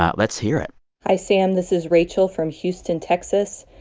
ah let's hear it hi, sam. this is rachel from houston, texas.